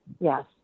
yes